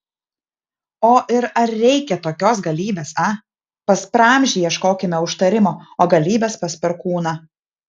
o ir ar reikia tokios galybės a pas praamžį ieškokime užtarimo o galybės pas perkūną